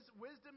wisdom